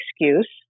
excuse